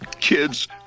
Kids